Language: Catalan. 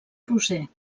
roser